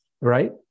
right